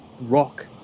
rock